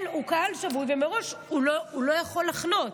הוא קהל שבוי, ומראש הוא לא יכול לחנות.